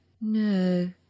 no